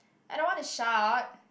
I don't wanna shout